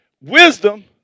Wisdom